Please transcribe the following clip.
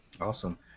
awesome